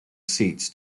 seats